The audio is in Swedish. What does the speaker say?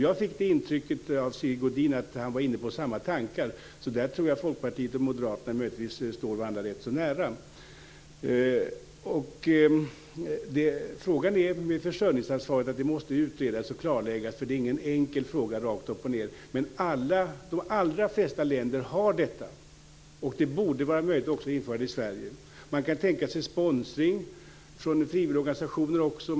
Jag fick intrycket av Sigge Godin att han var inne på samma tankar. I detta sammanhang tror jag att Folkpartiet och Moderaterna möjligtvis står varandra rätt så nära. Försörjningsansvaret måste utredas och klarläggas. Det är ingen enkel fråga. Men de allra flesta länder har detta, och det borde vara möjligt att införa det även i Sverige. Man kan tänka sig sponsring från frivilligorganisationer.